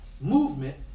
movement